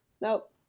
Nope